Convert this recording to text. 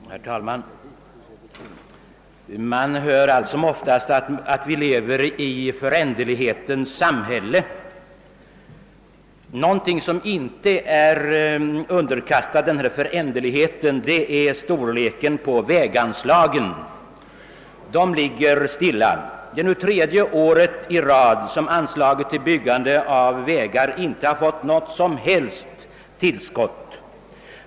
Herr talman! Man hör allt som oftast att vi lever i föränderlighetens samhälle. Någonting som inte är underkastat denna föränderlighet är storleken på väganslagen. Dessa förändras inte. Det är nu tredje arbetsåret i rad som anslaget till byggande av vägar inte har fått något som helst ökat tillskott.